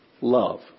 love